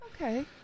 Okay